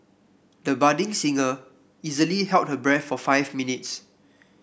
the budding singer easily held her breath for five minutes